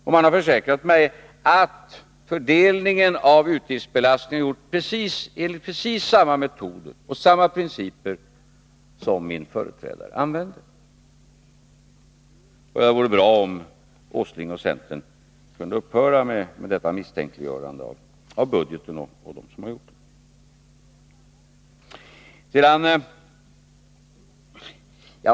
Och jag har försäkrat mig om att utgiftsbelastningen har fördelats enligt precis samma metoder och principer som min företrädare använt. Det vore bra om Nils Åsling och centern kunde upphöra med detta misstänkliggörande av budgeten och dem som upprättat den.